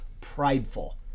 prideful